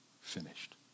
finished